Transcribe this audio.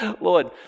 Lord